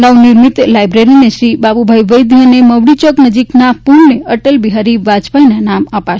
નવનિર્મિત લાયધ્રેરીને શ્રી બાબુભાઈ વૈદ્ય અને મવડી ચોક નજીકના પુલને અટલ બિહારી વાજપાઈના નામ અપાશે